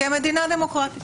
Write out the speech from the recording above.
-- וגם כמדינה דמוקרטית.